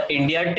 India